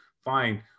fine